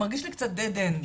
מרגיש לי קצת מבוי סתום,